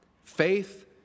Faith